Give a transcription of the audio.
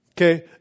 okay